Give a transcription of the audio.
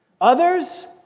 Others